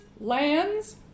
lands